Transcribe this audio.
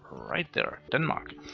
right there, denmark.